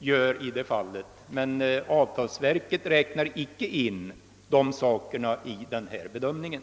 förfar i det fallet, men avtalsverket räknar icke in dessa bidrag i den bedömningen.